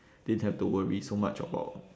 didn't have to worry so much about